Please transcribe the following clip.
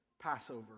Passover